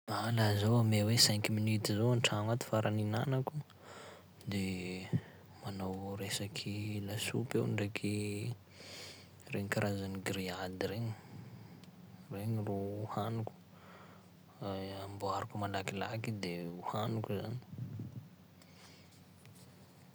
Laha zaho ame hoe cinq minute zao an-tragno ato farany hihinanako: de manao resaky lasopy aho ndraiky regny karazany grillade regny, regny ro haniko amboariko malakilaky de hohaniko zany.